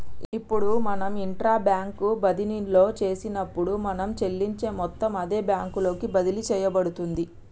ఇప్పుడు మనం intra bank బదిన్లో చేసినప్పుడు మనం చెల్లించే మొత్తం అదే బ్యాంకు లోకి బదిలి సేయబడుతుంది